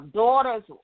daughters